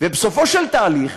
ובסופו של תהליך,